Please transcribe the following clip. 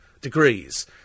degrees